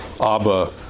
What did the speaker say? Abba